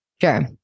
sure